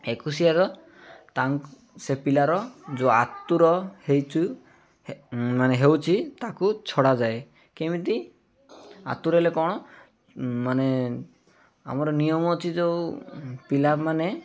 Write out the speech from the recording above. ଏକୋଇଶିଆର ସେ ପିଲାର ଯେଉଁ ଆତୁର ହେଇଛୁ ମାନେ ହେଉଛି ତାକୁ ଛଡ଼ାଯାଏ କେମିତି ଆତୁର ହେଲେ କ'ଣ ମାନେ ଆମର ନିୟମ ଅଛି ଯେଉଁ ପିଲାମାନେ